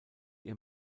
ihr